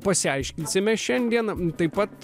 pasiaiškinsime šiandien taip pat